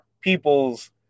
people's